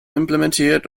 implementiert